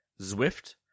Zwift